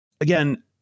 again